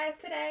today